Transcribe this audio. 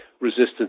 resistance